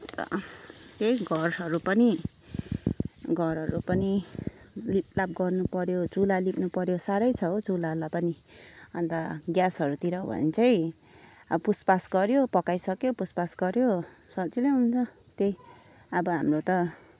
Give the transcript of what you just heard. अन्त त्यही घरहरू पनि घरहरू पनि लिपलाप गर्नु पऱ्यो चुला लिप्नु पऱ्यो साह्रै छ हौ चुलामा पनि अन्त ग्यासहरूतिर हो भने चाहिँ अब पुछपाछ गऱ्यो पकाइ सक्यो पुछपाछ गऱ्यो सजिलै हुन्छ त्यही अब हाम्रो त